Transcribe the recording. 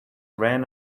ran